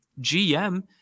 gm